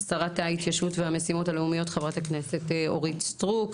שרת ההתיישבות והמשימות הלאומיות חברת הכנסת אורית סטרוק,